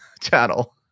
channel